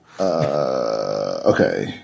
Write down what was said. Okay